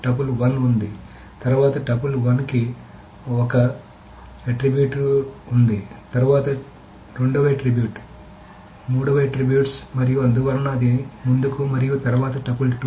tuple 1 ఉంది తరువాత tuple 1 కి 1 ఆట్రిబ్యూట్ ఉంది తరువాత 2 వ ఆట్రిబ్యూట్ 3 వ ఆట్రిబ్యూట్స్ మరియు అందువలన అది ముందుకు మరియు తరువాత టపుల్ 2